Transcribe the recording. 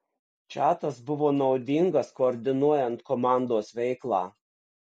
čatas buvo naudingas koordinuojant komandos veiklą